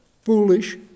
foolish